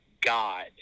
God